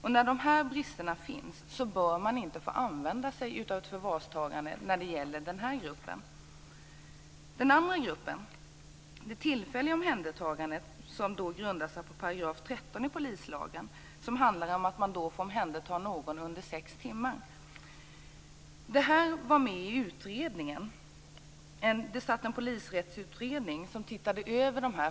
Så länge dessa brister finns bör polisen inte få använda sig av förvarstagande när det gäller denna grupp. Det tillfälliga omhändertagandet grundar sig på § 13 i polislagen och gäller en annan grupp människor. Polisen får omhänderta någon under sex timmar. Det fanns en polisrättsutredning som såg över vissa frågor. Just denna fråga togs upp i utredningen.